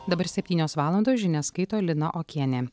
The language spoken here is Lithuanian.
dabar septynios valandos žinias skaito lina okienė